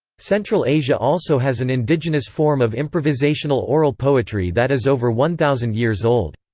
central asia also has an indigenous form of improvisational oral poetry that is over one thousand years old.